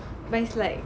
when it's like